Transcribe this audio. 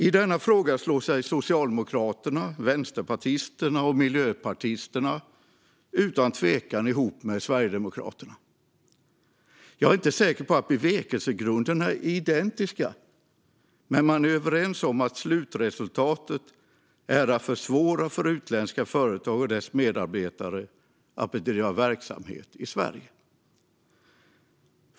I denna fråga slår sig socialdemokrater, vänsterpartister och miljöpartister utan tvekan ihop med sverigedemokrater. Jag är inte säker på att bevekelsegrunderna är identiska, men man är överens om att slutresultatet är att försvåra för utländska företag och dess medarbetare att bedriva verksamhet i Sverige.